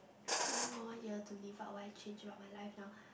one more year to live ah what I change about my life now